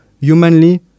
humanly